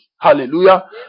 Hallelujah